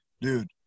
Dude